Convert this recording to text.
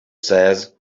says